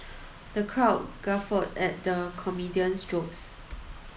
the crowd guffawed at the comedian's jokes